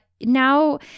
now